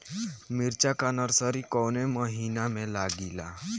मिरचा का नर्सरी कौने महीना में लागिला?